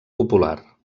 popular